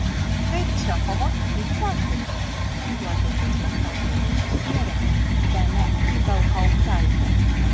kaip čechovo trys seserys juokiasi spektaklio režisierė dalia ibelhauptaitė